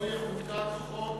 שלא יחוקק חוק